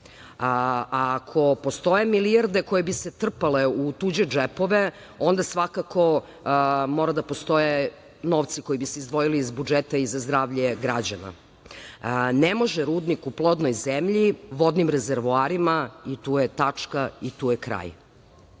Ako postoje milijarde koje bi se trpale u tuđe džepove, onda svakako mora da postoje novci koji bi se izdvojili iz budžeta i za zdravlje građana. Ne može rudnik u plodnoj zemlji, vodnim rezervoarima i tu je tačka i tu je kraj.